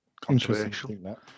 Controversial